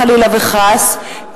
חלילה וחס,